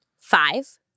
Five